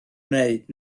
wneud